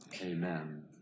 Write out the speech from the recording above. amen